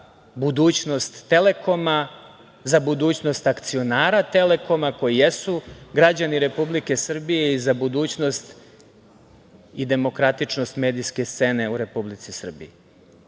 budućnost „Telekoma“, za budućnost akcionara „Telekoma“ koji jesu građani Republike Srbije i za budućnost i demokratičnost medijske scene u Republici Srbiji. Ne